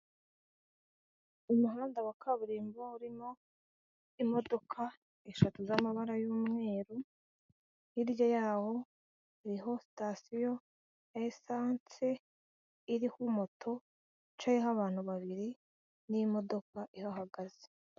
Umuhanda wa kaburimbo urimo imodoka eshatu z'amabara y'umweru hirya yawo hariho sitasiyo ya esance iriho moto yicayeho abantu babiri n'imodoka ihagaze.